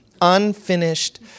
unfinished